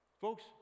Folks